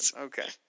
Okay